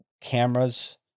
cameras